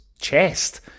chest